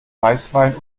weißwein